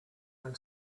when